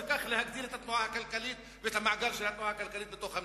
וכך להגדיל את התנועה הכלכלית ואת המעגל של התנועה הכלכלית בתוך המדינה?